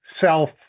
self